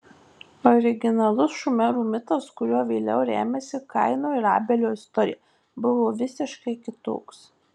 originalus šumerų mitas kuriuo vėliau remiasi kaino ir abelio istorija buvo visiškai kitoks